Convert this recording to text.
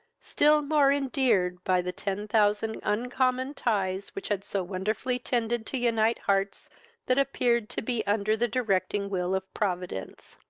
still more endeared by the ten thousand uncommon ties which had so wonderfully tended to unite hearts that appeared to be under the directing will of providence.